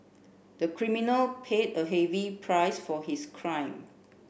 the criminal paid a heavy price for his crime